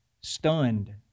stunned